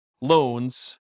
loans